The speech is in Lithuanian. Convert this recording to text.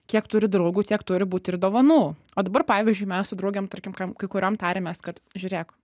kiek turi draugų tiek turi būti ir dovanų o dabar pavyzdžiui mes su draugėm tarkim kam kai kuriom tarėmės kad žiūrėk